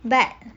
but